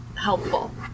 helpful